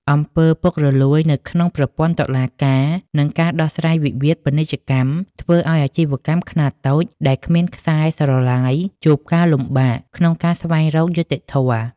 អំពើពុករលួយ នៅក្នុងប្រព័ន្ធតុលាការ និងការដោះស្រាយវិវាទពាណិជ្ជកម្ម ធ្វើឱ្យអាជីវកម្មខ្នាតតូចដែលគ្មានខ្សែស្រឡាយជួបការលំបាកក្នុងការស្វែងរកយុត្តិធម៌។